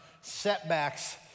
setbacks